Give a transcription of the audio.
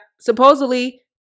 supposedly